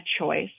choice